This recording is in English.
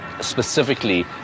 specifically